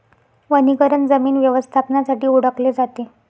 वनीकरण जमीन व्यवस्थापनासाठी ओळखले जाते